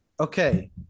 Okay